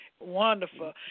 Wonderful